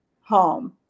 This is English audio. home